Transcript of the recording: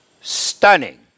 stunning